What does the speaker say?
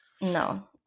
No